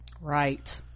right